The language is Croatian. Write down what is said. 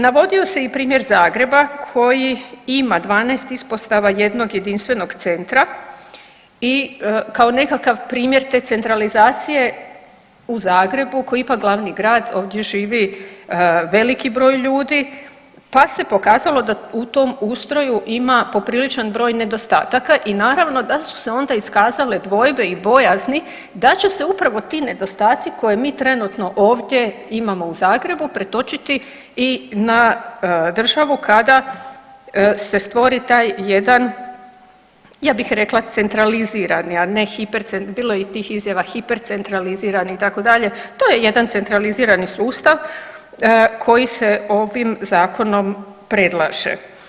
Navodio se i primjer Zagreba koji ima 12 ispostava jednog jedinstvenog centra i kao nekakav primjer te centralizacije u Zagrebu, koji je ipak glavni grad, ovdje živi veliki broj ljudi pa se pokazalo da u tom ustroju ima popriličan broj nedostataka i naravno da su se onda iskazale dvojbe i bojazni da će se upravo ti nedostaci koje mi trenutno ovdje imamo u Zagrebu, pretočiti i na državu kada se stvori taj jedan, ja bih rekla centralizirani, a ne, .../nerazumljivo/... bilo je i tih izjava, hipercentralizirani, itd., to je jedan centralizirani sustav koji se ovim zakonom predlaže.